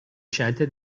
scelte